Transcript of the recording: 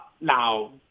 Now